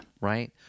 right